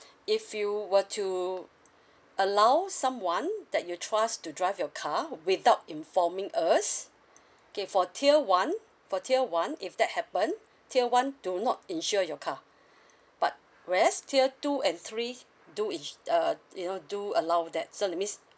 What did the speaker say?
if you were to allow someone that you trust to drive your car without informing us okay for tier one for tier one if that happen tier one do not insure your car but whereas tier two and three do ins~ uh you know do allow that so that means